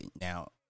Now